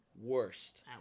Worst